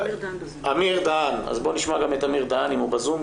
אמיר דהן, בבקשה.